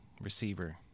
receiver